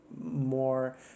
more